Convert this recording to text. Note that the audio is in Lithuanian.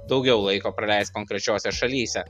daugiau laiko praleist konkrečiose šalyse